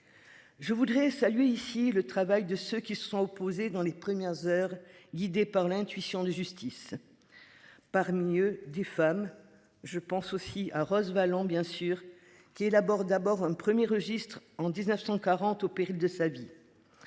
Je voudrais saluer ici le travail de ceux qui se sont opposés dans les premières heures guidé par l'intuition de justice. Parmi eux des femmes je pense aussi à Rose Valland bien sûr qui élabore d'abord un 1er registre en 1940 au péril de sa vie.